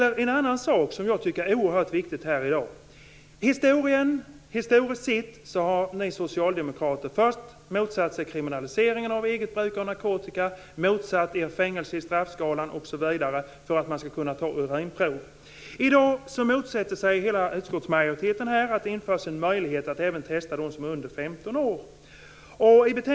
En annan sak som jag tycker är oerhört viktig här i dag är att ni socialdemokrater historiskt sett först har motsatt er kriminaliseringen av eget bruk av narkotika, motsatt er fängelse i straffskalan därför att man kan ta urinprov. I dag motsätter sig hela utskottsmajoriteten att det införs en möjlighet att även testa dem som är under 15 år.